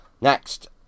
Next